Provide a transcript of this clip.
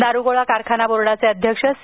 दारुगोळा कारखाना बोर्डाचे अध्यक्ष सी